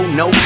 no